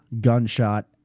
gunshot